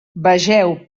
vegeu